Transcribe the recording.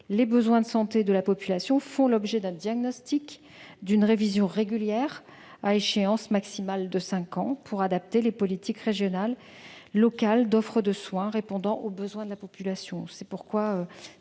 les besoins de santé de la population font l'objet d'un diagnostic et d'une révision réguliers, à échéance maximale de cinq ans. Ce faisant, l'on adapte les politiques régionales et locales d'offre de soins pour répondre aux besoins de la population.